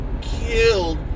killed